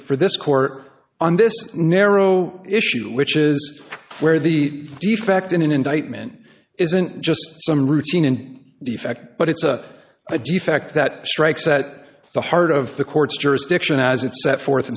for this court on this narrow issue which is where the defect in an indictment isn't just some routine in defect but it's a a defect that strikes at the heart of the court's jurisdiction as it's set forth